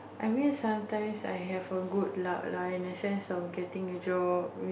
I mean sometimes I have a good luck lah in the sense of getting with you all with